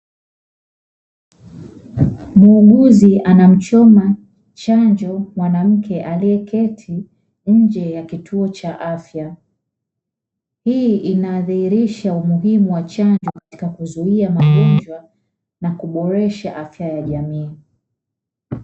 muuguzi anamchoma chanjo mwanamke alieketi nje ya kituo cha afya hii inadhihirisha umuhimu wa chanjo katika kuzuia magonjwa na kuboresha afya ya jamii